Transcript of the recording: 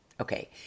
Okay